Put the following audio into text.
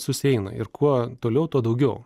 susieina ir kuo toliau tuo daugiau